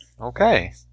Okay